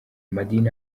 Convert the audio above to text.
amadini